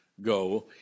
Go